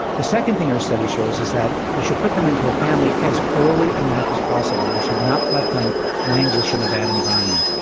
the second thing our study shows is that we should put them into a family as early in life as possible, we should not let them languish in a bad environment.